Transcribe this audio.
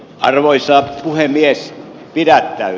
arvoisa puhemies mikä käy